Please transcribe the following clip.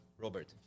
Robert